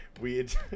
weird